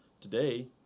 Today